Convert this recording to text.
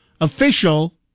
official